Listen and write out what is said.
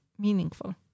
meaningful